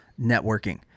networking